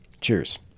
Cheers